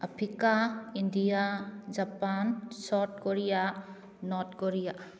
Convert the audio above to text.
Africa India Japan South Korea North Korea